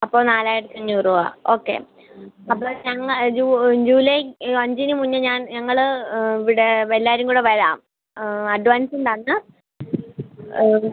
അപ്പോൾ നാലായിരത്തഞ്ഞൂറ് രൂപ ഓക്കെ അപ്പോൾ ഞങ്ങൾ ജൂ ജൂലൈ അഞ്ചിന് മുന്നേ ഞാൻ ഞങ്ങൾ ഇവിടെ എല്ലാവരും കൂടെ വരാം ആ അഡ്വാൻസും തന്ന്